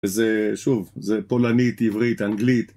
זה, שוב, זה פולנית, עברית, אנגלית